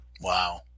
Wow